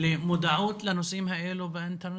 למודעות לנושאים האלה באינטרנט?